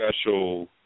special